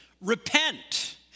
Repent